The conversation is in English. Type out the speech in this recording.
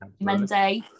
Monday